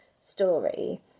story